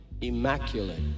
Immaculate